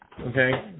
okay